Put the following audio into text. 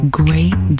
great